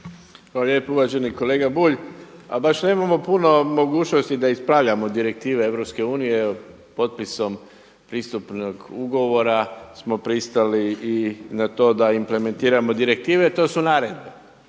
lijepo. Uvaženi kolega Bulj. A baš nemamo puno mogućnosti da ispravljamo direktive EU potpisom pristupnog ugovora smo pristali i na to da implementiramo direktive, to su naredbe.